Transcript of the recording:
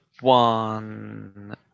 one